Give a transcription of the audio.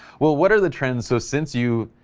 well what are the trends? so since you.